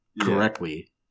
correctly